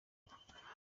aba